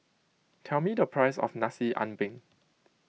tell me the price of Nasi Ambeng